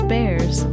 Bears